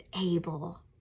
able